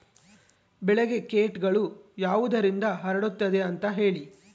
ಬೆಳೆಗೆ ಕೇಟಗಳು ಯಾವುದರಿಂದ ಹರಡುತ್ತದೆ ಅಂತಾ ಹೇಳಿ?